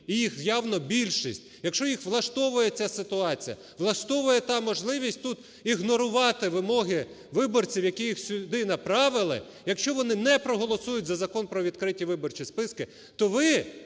і їх явно більшість, якщо їх влаштовує ця ситуація, влаштовує та можливість тут ігнорувати вимоги виборців, які їх сюди направили, якщо вони не проголосують за Закон про відкриті виборчі списки, то ви,